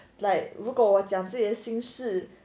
like 如果我讲自己心事